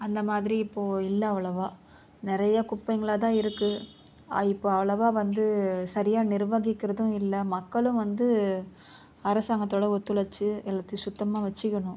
அந்த மாதிரி இப்போது இல்லை அவ்வளோவா நிறைய குப்பைங்களாக தான் இருக்குது இப்போது அவ்வளோவா வந்து சரியாக நிர்வகிக்கிறதும் இல்லை மக்களும் வந்து அரசாங்கத்தோடு ஒத்துழைச்சி எல்லாத்தையும் சுத்தமாக வச்சுக்கணும்